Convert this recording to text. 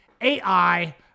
AI